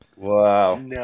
Wow